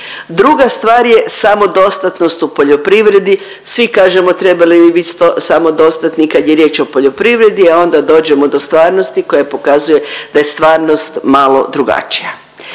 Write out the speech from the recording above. Druga stvar je samodostatnost u poljoprivredi. Svi kažemo trebali bi biti samodostatni kad je riječ o poljoprivredi, a onda dođemo do stvarnosti koja pokazuje da je stvarnost malo drugačija.